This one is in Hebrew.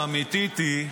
האמיתית היא,